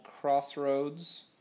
Crossroads